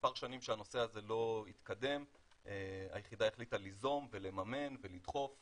מספר שנים שהנושא הזה לא התקדם היחידה החליטה ליזום ולממן ולדחוף